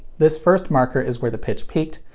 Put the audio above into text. this first marker is where the pitched peaked,